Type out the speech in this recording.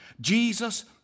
Jesus